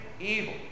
evil